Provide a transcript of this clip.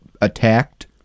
attacked